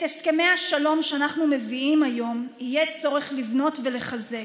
את הסכמי השלום שאנחנו מביאים היום יהיה צורך לבנות ולחזק.